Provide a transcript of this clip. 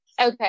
Okay